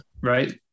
right